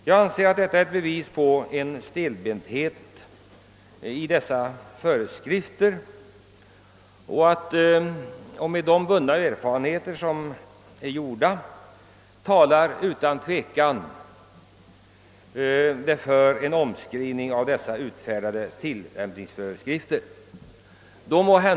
Jag anser att detta är ett bevis på att dessa föreskrifter är stelbenta. De erfarenheter som vunnits talar utan tvekan för en omskrivning av de utfärdade tillämpningsföreskrifterna.